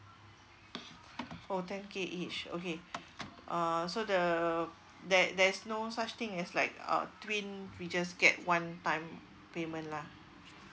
oh ten K each okay uh so the there there's no such thing as like uh twin we just get one time payment lah